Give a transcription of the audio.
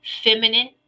feminine